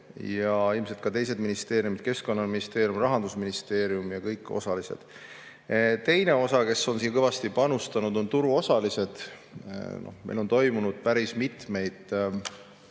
ja ilmselt ka teised ministeeriumid – Keskkonnaministeerium, Rahandusministeerium –, ja kõik osalised. Teine osa, kes on siin kõvasti panustanud, on turuosalised. Meil on toimunud päris mitmeid